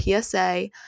PSA